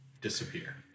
disappear